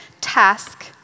task